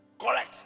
correct